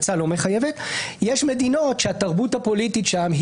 יש מדינות שהתרבות הפוליטית שם,